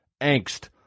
angst